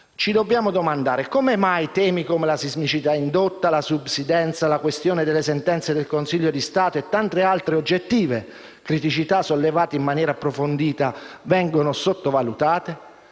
Ci dobbiamo domandare: come mai temi come la sismicità indotta, la subsidenza, la questione della sentenza del Consiglio di Stato e tante altre oggettive criticità sollevate in maniera approfondita vengono sottovalutate?